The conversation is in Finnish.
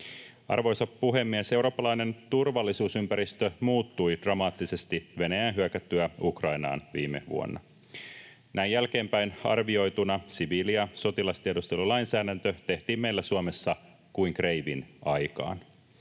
Arvoisa puhemies! Eurooppalainen turvallisuusympäristö muuttui dramaattisesti Venäjän hyökättyä Ukrainaan viime vuonna. Näin jälkeenpäin arvioituna siviili- ja sotilastiedustelulainsäädäntö tehtiin meillä Suomessa kuin kreivin aikaan.